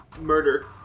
murder